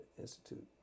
Institute